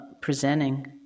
presenting